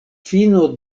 fino